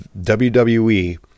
WWE